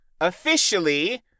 officially